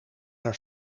haar